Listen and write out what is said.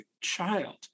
child